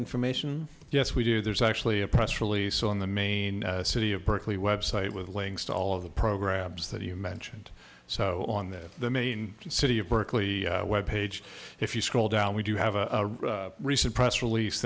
information yes we do there's actually a press release on the main city of berkeley website with links to all of the programs that you mentioned so on the main city of berkeley web page if you scroll down we do have a recent press release